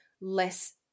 less